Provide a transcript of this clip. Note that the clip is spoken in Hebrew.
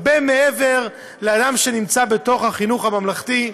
הרבה מעבר לאדם שנמצא בחינוך הממלכתי,